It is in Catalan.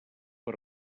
per